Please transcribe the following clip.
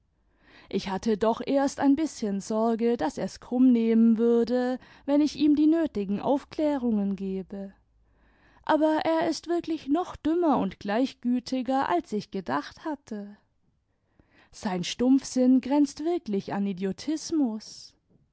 ich hatte doch erst ein bißchen sorge daß er's krumm nehmen würde wenn ich ihm die nötigen aufklärungen gebe aber er ist wirklieh noch dümmer und gleichgültiger als ich gedacht hatte sein stumpfsinn grenzt wirklich an idiotismus